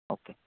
okay